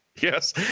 Yes